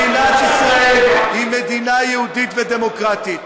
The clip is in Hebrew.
מדינת ישראל היא מדינה יהודית ודמוקרטית,